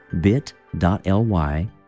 bit.ly